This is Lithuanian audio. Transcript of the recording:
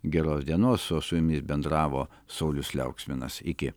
geros dienos o su jumis bendravo saulius liauksminas iki